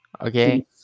Okay